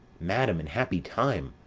madam, in happy time!